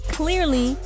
clearly